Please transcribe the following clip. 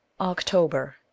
October